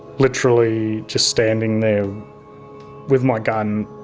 literally just standing there with my gun